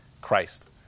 Christ